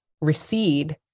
recede